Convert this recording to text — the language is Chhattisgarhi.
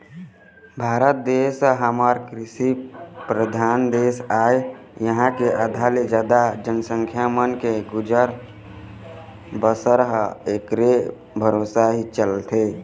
भारत देश ह हमर कृषि परधान देश आय इहाँ के आधा ले जादा जनसंख्या मन के गुजर बसर ह ऐखरे भरोसा ही चलथे